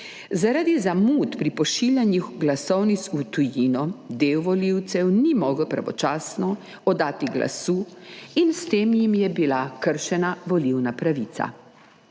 Zaradi zamud pri pošiljanju glasovnic v tujino del volivcev ni mogel pravočasno oddati glasu in s tem jim je bila kršena volilna pravica.